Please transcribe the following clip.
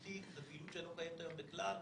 תיק - זו פעילות שלא קיימת היום בכלל.